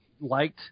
liked